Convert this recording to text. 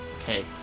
okay